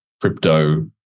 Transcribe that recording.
crypto